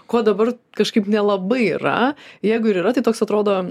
ko dabar kažkaip nelabai yra jeigu ir yra tai toks atrodo